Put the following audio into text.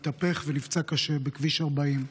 התהפך ונפצע קשה בכביש 40,